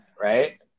right